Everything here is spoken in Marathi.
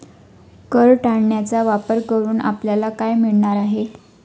कर टाळण्याचा वापर करून आपल्याला काय मिळणार आहे?